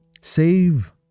save